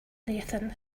nathan